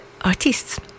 artists